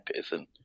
person